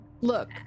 Look